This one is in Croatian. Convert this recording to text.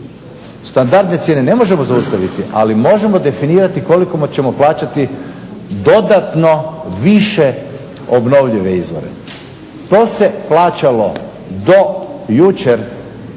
Standardne cijene ne možemo zaustaviti ali možemo definirati koliko ćemo plaćati dodatno više obnovljive izvore. To se plaćalo do jučer